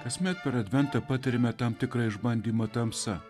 kasmet per adventą patiriame tam tikrą išbandymą tamsa